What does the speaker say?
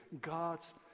God's